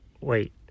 wait